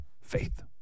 Faith